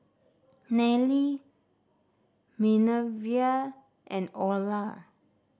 Nallely Minervia and Orla